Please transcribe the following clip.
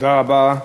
תודה רבה.